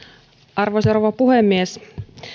arvoisa rouva puhemies